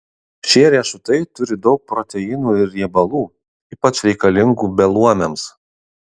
šie riešutai turi daug proteinų ir riebalų ypač reikalingų beluomiams